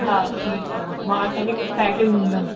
हा ठीकु आहे मां तव्हांखे लिखराए करे ॾींदमि